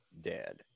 dead